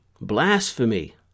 Blasphemy